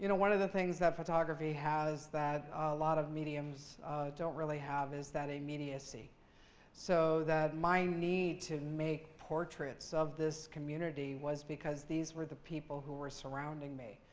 you know one of the things that photography has that a lot of mediums don't really have is that immediacy so that my need to make portraits of this community was because these were the people who were surrounding me.